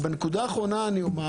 בנקודה האחרונה אני אומר